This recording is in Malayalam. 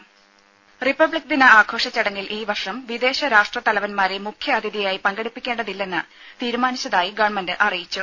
ദര റിപ്പബ്ലിക്ദിന ആഘോഷ ചടങ്ങിൽ ഈവർഷം വിദേശ രാഷ്ട്രത്തലവന്മാരെ മുഖ്യ അതിഥിയായി പങ്കെടുപ്പിക്കേണ്ടതില്ലെന്ന് തീരുമാനിച്ചതായി ഗവൺമെന്റ് അറിയിച്ചു